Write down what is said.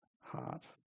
heart